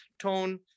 tone